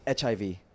HIV